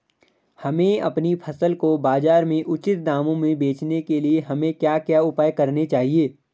हमें अपनी फसल को बाज़ार में उचित दामों में बेचने के लिए हमें क्या क्या उपाय करने चाहिए?